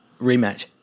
rematch